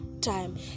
time